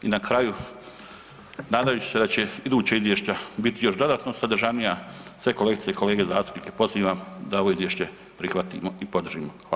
I na kraju nadajući se da će iduća izvješća biti još dodatno sadržajnija sve kolegice i kolege zastupnike pozivam da ovo Izvješće prihvatimo i podržimo.